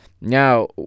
Now